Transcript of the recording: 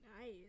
Nice